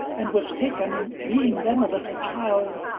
and was taken, being then a little child,